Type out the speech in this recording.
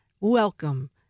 Welcome